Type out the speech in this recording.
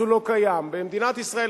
אז הוא לא קיים במדינת ישראל,